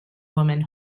woman